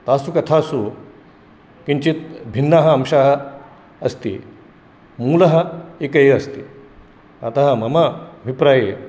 तासु कथासु किञ्चित् भिन्नः अंशः अस्ति मूलः एक एव अस्ति अतः मम अभिप्राये